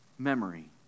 memory